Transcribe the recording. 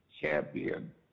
champion